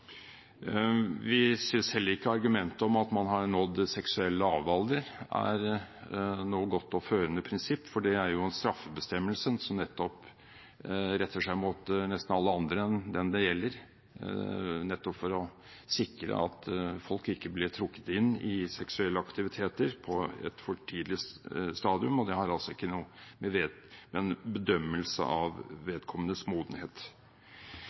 Vi synes heller ikke argumentet om at man har nådd seksuell lavalder, er noe godt og førende prinsipp, for det er jo en straffebestemmelse som retter seg mot nesten alle andre enn den det gjelder, for å sikre at folk ikke blir trukket inn i seksuelle aktiviteter på et for tidlig stadium. Det er altså ikke noen bedømmelse av vedkommendes modenhet.